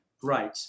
great